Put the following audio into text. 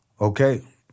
Okay